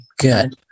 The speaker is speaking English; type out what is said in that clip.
good